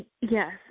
yes